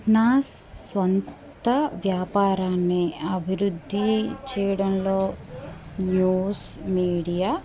నా స్వంత వ్యాపారాన్ని అభివృద్ధి చేయడంలో న్యూస్ మీడియా